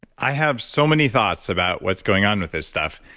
i have so many thoughts about what's going on with this stuff,